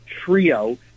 trio